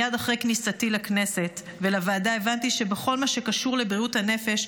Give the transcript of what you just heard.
מייד אחרי כניסתי לכנסת ולוועדה הבנתי שבכל מה שקשור לבריאות הנפש,